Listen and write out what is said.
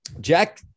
Jack